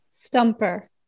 Stumper